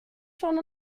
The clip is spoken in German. schon